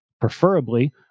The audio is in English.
preferably